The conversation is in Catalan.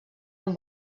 amb